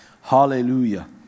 Hallelujah